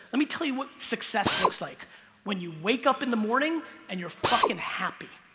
let me tell you what success looks like when you wake up in the morning and you're fucking happy.